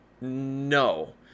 No